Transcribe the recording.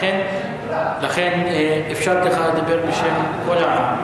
לכן, אפשר ככה לדבר בשם כל העם.